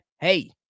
hey